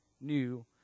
new